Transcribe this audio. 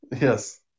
Yes